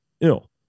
ill